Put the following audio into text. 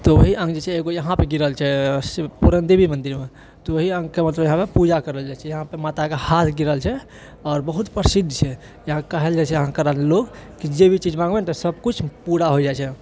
तऽ ओएह अङ्ग जे छै एगो यहाँ पे गिरल छै शिव पूरन देवी मन्दिरमे तऽ वही अङ्ग यहाँ पे पूजा करल जाय छै माताके गिरल छै आओर बहुत प्रसिद्द छै यहाँ कहल जाए छै अहाँ करल लोग तऽ चीज मांगू ने सब पूरा भए जाय छै